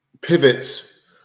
pivots